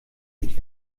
sich